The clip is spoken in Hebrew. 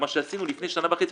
מה שעשינו לפני שנה וחצי,